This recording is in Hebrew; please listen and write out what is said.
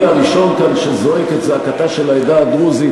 אני הראשון כאן שזועק את זעקתה של העדה הדרוזית,